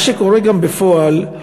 מה שקורה גם בפועל הוא